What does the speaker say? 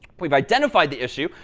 we've identified the issue,